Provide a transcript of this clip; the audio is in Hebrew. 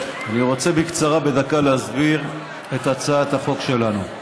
אני רוצה בקצרה, בדקה, להסביר את הצעת החוק שלנו.